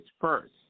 first